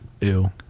Ew